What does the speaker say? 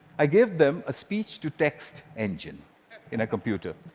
i gave them a speech-to-text engine in a computer,